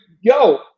yo